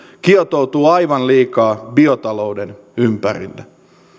kietoutuu aivan liikaa biotalouden ympärille